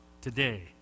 today